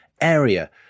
area